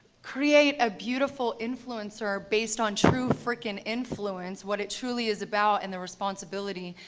create a beautiful influencer based on true frickin influence what it truly is about, and the responsibility,